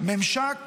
ממשק